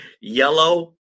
yellow